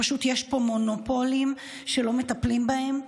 פשוט יש פה מונופולים שלא מטפלים בהם.